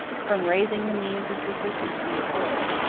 from raising the means of subsistence from the soil,